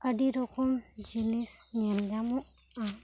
ᱟᱹᱰᱤ ᱨᱚᱠᱚᱢ ᱡᱤᱱᱤᱥ ᱧᱮᱞ ᱧᱟᱢᱚᱜ ᱟ